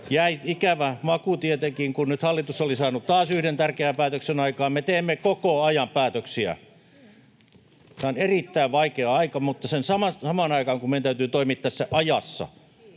jäi ikävä maku tietenkin, kun nyt hallitus oli saanut taas yhden tärkeän päätöksen aikaan. Me teemme koko ajan päätöksiä. Tämä on erittäin vaikea aika, mutta samaan aikaan, kun meidän täytyy toimia tässä ajassa,